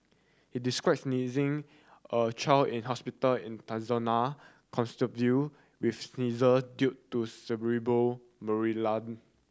he described sneezing a child in hospital in Tanzania with seizure due to malaria